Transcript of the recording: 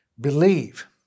believe